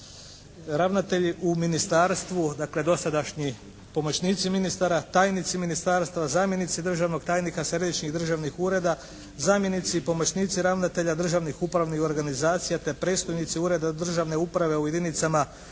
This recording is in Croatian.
ravnatelji u Ministarstvu dakle dosadašnji pomoćnici ministara, tajnici Ministarstva, zamjenici državnog tajnika središnjih državnih ureda, zamjenici i pomoćnici ravnatelja državnih upravnih organizacija te predstojnici Ureda državne uprave u jedinicama